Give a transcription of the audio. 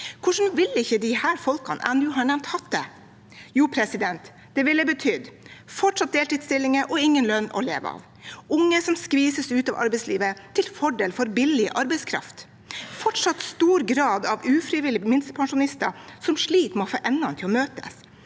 Hvordan ville de folkene jeg nå nevnte, da hatt det? Jo, det ville betydd fortsatt deltidsstillinger og ingen lønn å leve av, unge som skvises ut av arbeidslivet til fordel for billig arbeidskraft, en fortsatt stor grad av ufrivillige minstepensjonister som sliter med å få endene til å møtes,